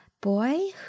boy